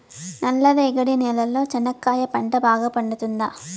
నల్ల రేగడి నేలలో చెనక్కాయ పంట బాగా పండుతుందా?